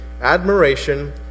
admiration